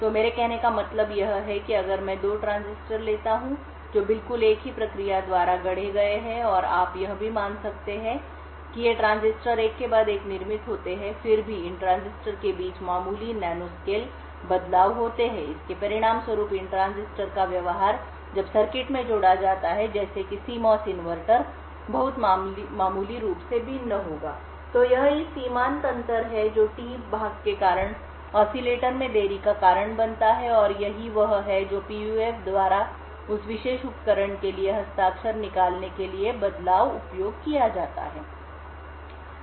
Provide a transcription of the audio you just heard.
तो मेरे कहने का मतलब यह है कि अगर मैं 2 ट्रांजिस्टर लेता हूं जो बिल्कुल एक ही प्रक्रिया द्वारा गढ़े गए हैं और आप यह भी मान सकते हैं कि ये ट्रांजिस्टर एक के बाद एक निर्मित होते हैं फिर भी इन ट्रांजिस्टर के बीच मामूली नैनोस्केल बदलाव होते हैं इसके परिणामस्वरूप इन ट्रांजिस्टर का व्यवहार जब सर्किट में जोड़ा जाता है जैसे कि CMOS इन्वर्टर बहुत मामूली रूप से भिन्न होगा तो यह इस सीमांत अंतर है जो T भाग के कारण ऑसिलेटर में देरी का कारण बनता है और यही वह है जो PUF द्वारा उस विशेष उपकरण के लिए हस्ताक्षर निकालने के लिए बदलाव उपयोग किया जाता है